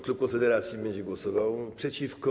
Klub Konfederacji będzie głosował przeciwko.